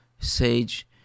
sage